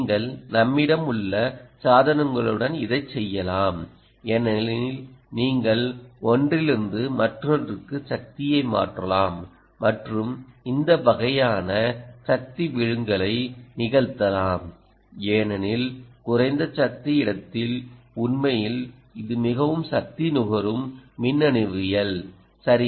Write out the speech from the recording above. நீங்கள் நம்மிடம் உள்ள சாதனங்களுடன் இதைச் செய்யலாம் ஏனெனில் நீங்கள் ஒன்றிலிருந்து மற்றொன்றுக்கு சக்தியை மாற்றலாம் மற்றும் இந்த வகையான சக்தி விழுங்கலை நிகழ்த்தலாம் ஏனெனில் குறைந்த சக்தி இடத்தில் உண்மையில் இது மிகவும் சக்தி நுகரும் மின்னணுவியல் சரி